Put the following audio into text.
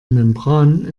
membran